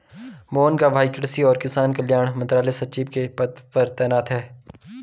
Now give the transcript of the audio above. मोहन का भाई कृषि और किसान कल्याण मंत्रालय में सचिव के पद पर तैनात है